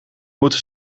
moeten